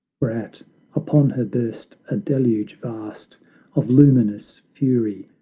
whereat, upon her burst a deluge vast of luminous fury,